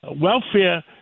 welfare